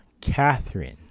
Catherine